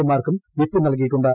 എമാർക്കും whip നൽകിയിട്ടുണ്ട്